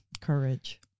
Courage